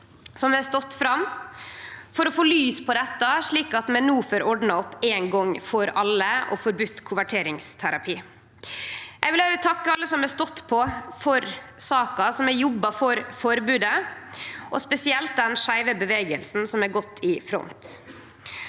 som har stått fram for å setje lys på dette, slik at vi no får ordna opp ein gong for alle og forbydt konverteringsterapi. Eg vil òg takke alle som har stått på for saka, som har jobba for forbodet, og spesielt den skeive bevegelsen, som har gått i front.